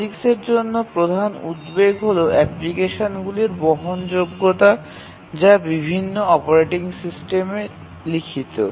পসিক্সের জন্য প্রধান উদ্বেগ হল অ্যাপ্লিকেশনগুলির বহনযোগ্যতা যা বিভিন্ন অপারেটিং সিস্টেমে লিখিত